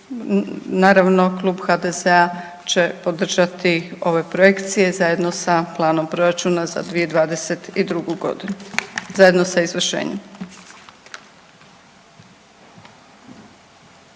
naravno Klub HDZ-a će podržati ove projekcije zajedno sa planom proračuna za 2022. godinu, zajedno sa izvršenjem.